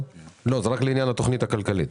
זה רק לעניין התכנית הכלכלית.